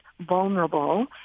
vulnerable